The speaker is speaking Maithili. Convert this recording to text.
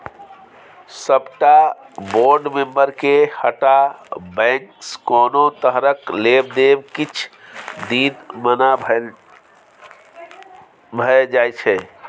सबटा बोर्ड मेंबरके हटा बैंकसँ कोनो तरहक लेब देब किछ दिन मना भए जाइ छै